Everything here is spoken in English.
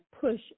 push